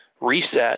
reset